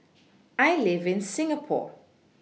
I live in Singapore